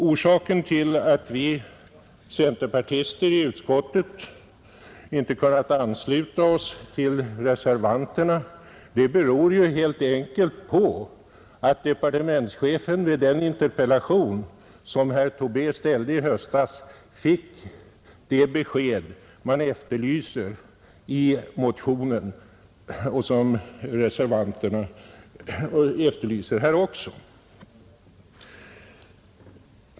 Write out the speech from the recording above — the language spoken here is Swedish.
Orsaken till att vi centerpartister i utskottet inte har kunnat ansluta oss till reservanterna är helt enkelt den att departementschefen som svar på den interpellation som herr Tobé ställde i höstas gav det besked som efterlyses i motionen och även i reservationen.